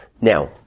Now